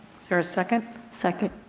there a second. second.